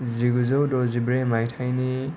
जिगुजौ द'जिब्रै माइथायनि